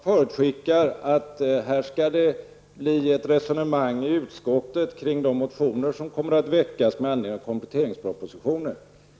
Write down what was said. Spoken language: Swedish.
Herr talman! Hans Gustafsson förutskickar att det skall bli ett resonemang i utskottet kring de motioner som kommer att väckas med anledning av kompletteringspropositionen.